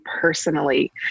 personally